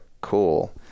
cool